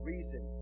reason